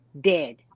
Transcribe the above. dead